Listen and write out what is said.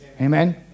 Amen